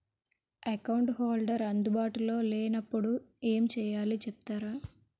Account holder అందు బాటులో లే నప్పుడు ఎం చేయాలి చెప్తారా?